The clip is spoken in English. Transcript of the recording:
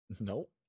Nope